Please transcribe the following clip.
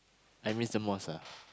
I miss the mosque ah